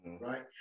Right